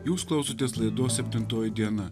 jūs klausotės laidos septintoji diena